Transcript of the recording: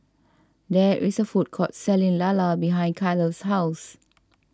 there is a food court selling Lala behind Kyler's house